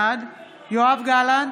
יואב גלנט,